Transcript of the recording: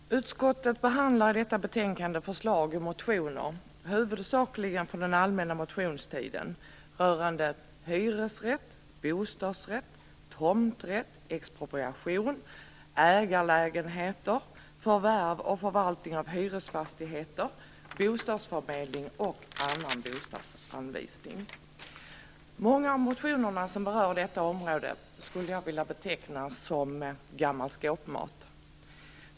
Fru talman! Utskottet behandlar i detta betänkande förslag i motioner, huvudsakligen från den allmänna motionstiden, rörande hyresrätt, bostadsrätt, tomträtt, expropriation, ägarlägenheter, förvärv och förvaltning av hyresfastigheter, bostadsförmedling och annan bostadsanvisning. Många av de motioner som berör detta område skulle jag vilja beteckna som gammal skåpmat.